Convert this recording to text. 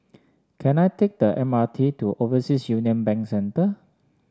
can I take the M R T to Overseas Union Bank Centre